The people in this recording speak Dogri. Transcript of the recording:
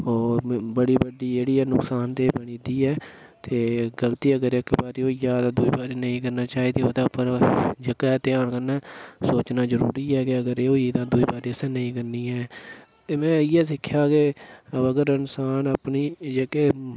ओह् बड़ी बड्डी जेह्ड़ी ऐ नुकसान दे बनी जंदी ऐ ते गलती अगर इक बारी होई जा तां दुई बारी नेईं करना चाहिदी ओह्दे उप्पर जेह्का ऐ ध्यान कन्नै सोचना जरूरी ऐ कि अगर एह् होई दुई बारी असें नेईं करनी ऐ ते मै इ'यै सिक्खेआ के अगर इन्सान अपनी जेह्के